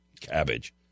cabbage